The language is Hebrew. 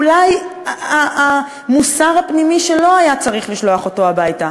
אולי המוסר הפנימי שלו היה צריך לשלוח אותו הביתה,